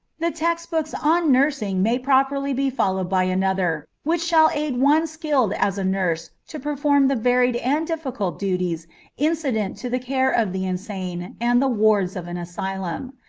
the text-books on nursing may properly be followed by another, which shall aid one skilled as a nurse to perform the varied and difficult duties incident to the care of the insane and the wards of an asylum.